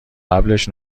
قبلش